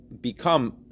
become